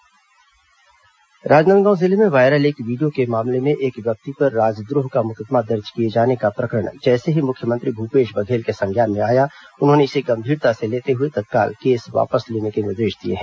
राजद्रोह मामला मुख्यमंत्री निर्देश राजनांदगांव जिले में वायरल एक वीडियो के मामले में एक व्यक्ति पर राजद्रोह का मुकदमा दर्ज किए जाने का प्रकरण जैसे ही मुख्यमंत्री भूपेश बघेल के संज्ञान में आया उन्होंने इसे गंभीरता से लेते हुए तत्काल केस वापस लेने के निर्देश दिए हैं